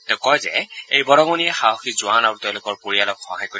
তেওঁ কয় যে এই বৰঙণিয়ে সাহসী জোৱান আৰু তেওঁলোকৰ পৰিয়ালক সহায় কৰিব